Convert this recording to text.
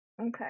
Okay